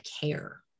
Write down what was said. care